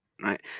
right